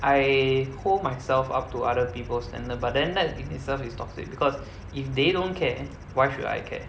I hold myself up to other people's standard but then that in itself is toxic because if they don't care why should I care